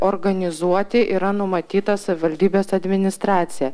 organizuoti yra numatyta savivaldybės administracija